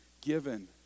given